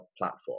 platform